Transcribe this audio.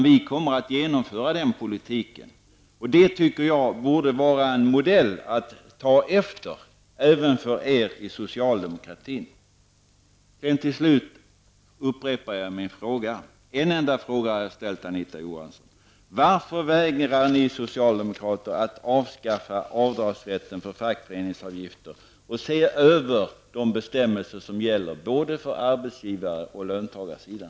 Vi kommer att genomföra den politiken. Det borde vara en modell att ta efter även för er socialdemokrater. Till slut upprepar jag min fråga, den enda fråga jag har ställt till Anita Johansson: Varför vägrar ni socialdemokrater att avskaffa avdragsrätten för fackföreningsavgifter och se över de bestämmelser som gäller för både arbetsgivar och löntagarsidan?